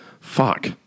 fuck